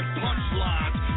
punchlines